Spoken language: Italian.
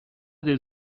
del